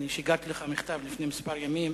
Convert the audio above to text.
שיגרתי לך מכתב לפני כמה ימים